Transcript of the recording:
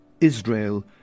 Israel